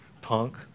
Punk